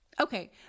Okay